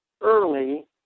early